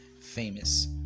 famous